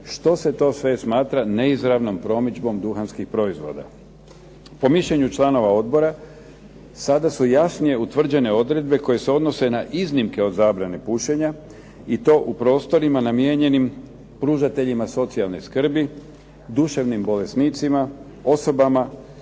što se sve to smatra neizravnom promidžbom duhanskih proizvoda. Po mišljenju članova odbora, sada su jasnije utvrđene odredbe koje se odnose na iznimke od zabrane pušenja i to u prostorima namijenjenim pružateljima socijalne skrbi, duševnim bolesnicima, osobama,